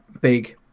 big